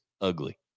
ugly